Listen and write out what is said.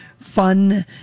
fun